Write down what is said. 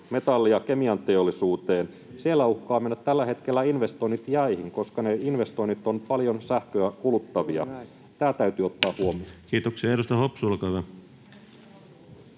metalli- ja kemianteollisuuteen. Siellä uhkaa mennä tällä hetkellä investoinnit jäihin, koska ne investoinnit ovat paljon sähköä kuluttavia. Tämä täytyy ottaa huomioon. Edustaja Hopsu, olkaa hyvä.